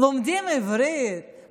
לומדים עברית,